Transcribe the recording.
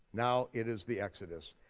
now it is the exodus.